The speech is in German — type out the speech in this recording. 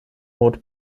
mode